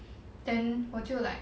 then 我就 like